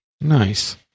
Nice